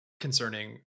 concerning